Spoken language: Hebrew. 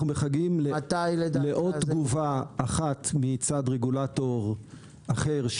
אנחנו מחכים לעוד תגובה אחת מצד רגולטור אחר,